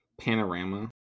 Panorama